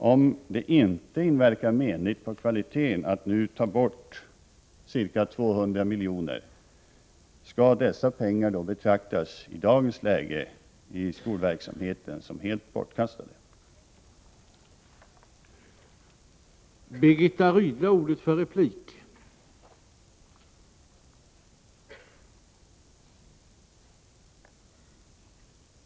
Om det inte inverkar menligt på kvaliteten att nu ta bort ca 200 milj.kr., skall dessa pengar till skolverksamheten då betraktas i dagens läge som helt bortkastade? Herr talman! Jag yrkar bifall till utskottets hemställan på alla punkter.